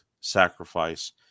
sacrifice